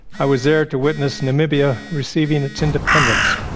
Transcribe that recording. i was there to witness namibia receiving its independence,